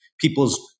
people's